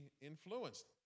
influenced